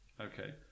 Okay